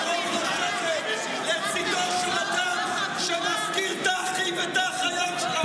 לא ראוי לשבת לצידו של אדם שמפקיר את האחים ואת האחיות שלנו.